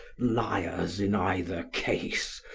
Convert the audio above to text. liars in either case,